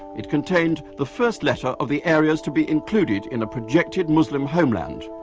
it contained the first letter of the areas to be included in a projected muslim homeland.